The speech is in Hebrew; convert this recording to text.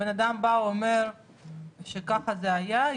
בן אדם בא ואומר שככה זה היה,